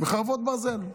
בחרבות ברזל,